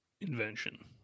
invention